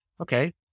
Okay